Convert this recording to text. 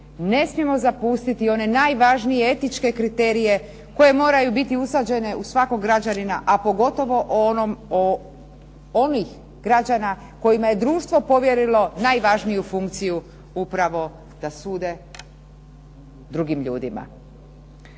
ne smijemo zapustiti one etičke kriterije koji moraju biti usađene u svakog građanina, a pogotovo onih građana kojima je društvo povjerilo najvažniju funkciju upravo da sude drugim ljudima.